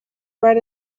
write